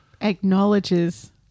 acknowledges